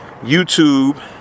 YouTube